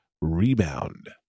REBOUND